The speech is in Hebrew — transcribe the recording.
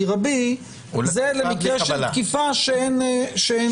עומד מאחורי הנושא של הוראת שעה אם יש